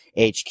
HQ